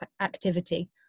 activity